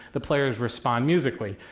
the players respond musically.